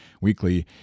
weekly